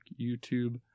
YouTube